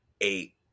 eight